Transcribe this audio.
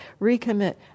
Recommit